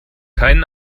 keinen